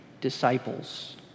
disciples